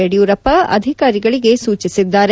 ಯಡಿಯೂರಪ್ಪ ಅಧಿಕಾರಿಗಳಿಗೆ ಸೂಚಿಸಿದ್ದಾರೆ